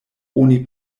oni